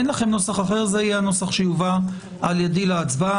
אין לכם נוסח אחר זה הנוסח שיובא על ידי להצבעה.